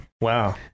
Wow